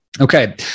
Okay